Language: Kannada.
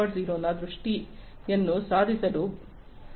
0 ನ ದೃಷ್ಟಿಯನ್ನು ಸಾಧಿಸಲು ಬದುಕಲು ಸಾಧ್ಯವಿಲ್ಲ